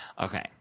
Okay